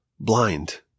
blind